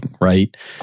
right